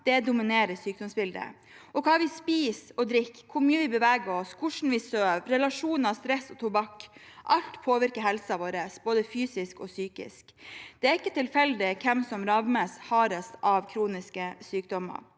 Dette dominerer sykdomsbildet. Hva vi spiser og drikker, hvor mye vi beveger oss, hvordan vi sover, relasjoner, stress og tobakk – alt påvirker helsen vår, både fysisk og psykisk. Det er ikke tilfeldig hvem som rammes hardest av kroniske sykdommer.